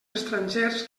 estrangers